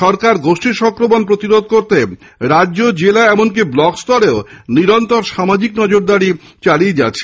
সরকার গোষ্ঠী সংক্রমণ প্রতিরোধ করতে রাজ্য জেলা এমনকি ব্লক স্তরেও নিরন্তর সামাজিক নজরদারি চালিয়ে যাচ্ছে